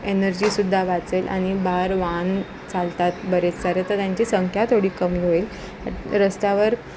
एनर्जीसुद्धा वाचेल आणि बाहेर वाहन चालतात बरेच सारे तर त्यांची संख्या थोडी कमी होईल रस्त्यावर